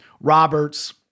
Roberts